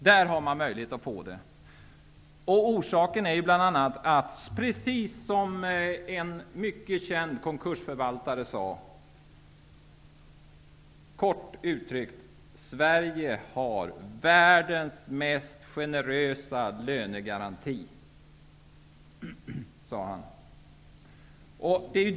Där har man möjlighet att få 100 000. Orsaken är bl.a. -- precis som en mycket känd konkursförvaltare sagt -- att Sverige har världens mest generösa lönegaranti.